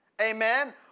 Amen